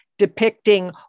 depicting